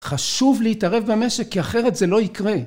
חשוב להתערב במשק כי אחרת זה לא יקרה